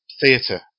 theatre